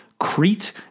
Crete